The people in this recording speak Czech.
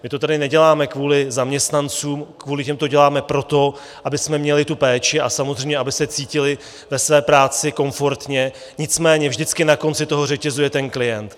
My to tady neděláme kvůli zaměstnancům, kvůli těm to děláme proto, abychom měli tu péči a samozřejmě, aby se cítili ve své práci komfortně, nicméně vždycky na konci řetězu je ten klient.